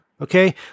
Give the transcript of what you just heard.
okay